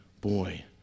boy